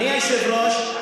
אדוני היושב-ראש,